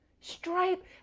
Stripe